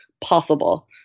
possible